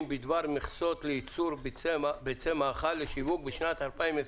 בדבר מכסות לייצור ביצי מאכל לשיווק בשנת 2020),